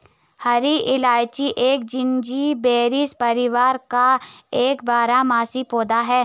हरी इलायची एक जिंजीबेरेसी परिवार का एक बारहमासी पौधा है